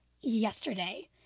yesterday